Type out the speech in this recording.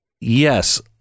yes